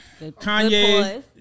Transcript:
Kanye